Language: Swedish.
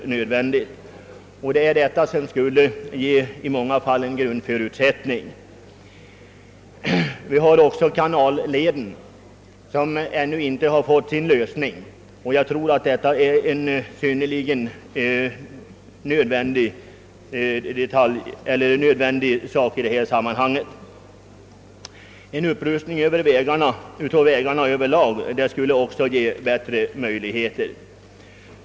En mellanriksväg med denna sträckning skulle bli just en av de grundförutsättningar för näringslivet som jag talade om. Frågan om kanalleden till Västerhavet har inte heller fått sin lösning, och jag vill understryka att det är nödvändigt att därvidlag åstadkomma ett resultat. En upprustning av vägarna över lag skulle också ge bättre möjligheter.